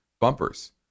bumpers